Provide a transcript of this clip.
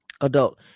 Adult